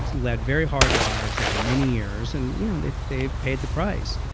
led very hard lives over many years and you know they've they've paid the price.